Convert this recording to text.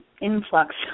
influx